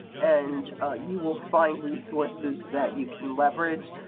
and you will find resources that you can leverage.